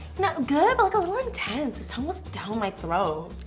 good but, like, a little intense. his tongue was down my throat.